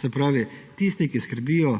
Se pravi, iz tistih, ki skrbijo